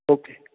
okay